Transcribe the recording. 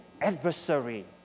adversary